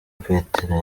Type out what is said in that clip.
petero